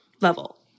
level